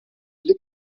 die